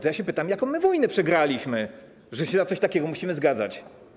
To ja się pytam, jaką my wojnę przegraliśmy, że się na coś takiego musimy zgadzać.